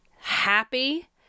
Happy